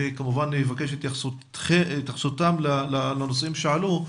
וכמובן נבקש התייחסותם לנושאים שעלו.